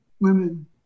women